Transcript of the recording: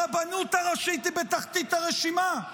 הרבנות הראשית היא בתחתית הרשימה.